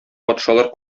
патшалар